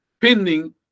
pending